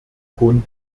cohn